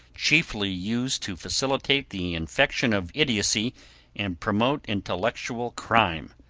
chiefly used to facilitate the infection of idiocy and promote intellectual crime.